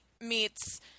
meets